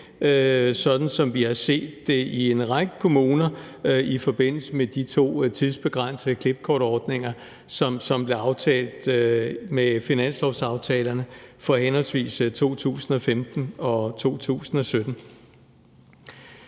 igen, som vi har set det i en række kommuner i forbindelse med de to tidsbegrænsede klippekortordninger, som blev aftalt med finanslovsaftalerne for henholdsvis 2015 og 2017.